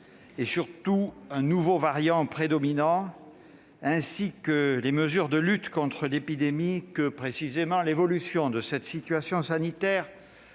d'un nouveau variant prédominant, ainsi que les mesures de lutte contre l'épidémie que l'évolution de cette situation sanitaire